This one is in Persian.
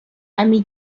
میگی